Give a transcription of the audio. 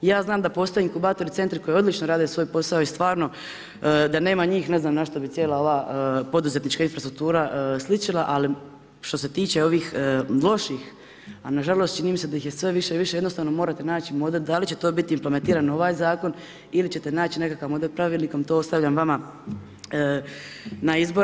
Ja znam da postoji inkubatori centri, koji odlično rade svoj posao i stvarno, da nema njih ne znam, na što bi cijela ova poduzetnička infrastruktura sličila, ali što se tiče ovih loših, a nažalost, čini mi se da ih je sve više i više, jednostavno morate naći model, da li će to biti implementirano na ovaj zakon ili ćete naći nekakav model pravilnikom, to ostavljam vama na izbor.